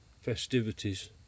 festivities